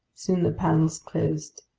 soon the panels closed.